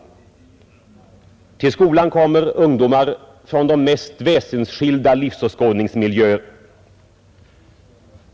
Till skolan kommer ungdomar från de mest väsensskilda livsåskådningsmiljöer.